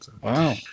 Wow